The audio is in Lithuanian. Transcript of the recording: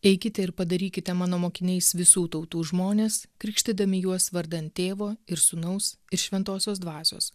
eikite ir padarykite mano mokiniais visų tautų žmones krikštydami juos vardan tėvo ir sūnaus ir šventosios dvasios